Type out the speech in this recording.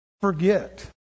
forget